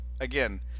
again